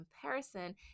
comparison